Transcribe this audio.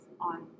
on